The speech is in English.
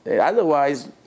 Otherwise